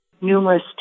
numerous